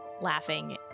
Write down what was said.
laughing